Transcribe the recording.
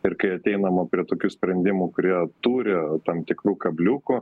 ir kai ateinama prie tokių sprendimų kurie turi tam tikrų kabliukų